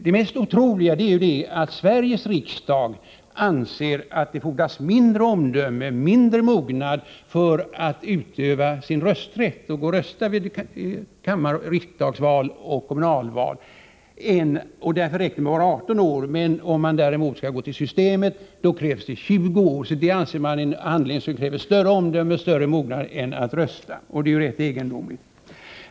Det mest otroliga är att Sveriges riksdag anser att det fordras mindre omdöme och mognad för att utöva sin rösträtt och gå och rösta vid val till riksdag och kommuner — och att det här räcker med att vara 18 år — än för att gå till Systemet, då det krävs att man skall vara 20 år. Det anses således att detta är en handling som kräver större omdöme och mognad än att rösta! Det är rätt egendomligt!